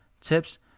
tips